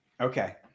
Okay